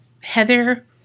Heather